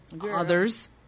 others